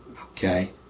Okay